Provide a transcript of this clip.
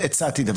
הצעתי דבר כזה.